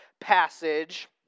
passage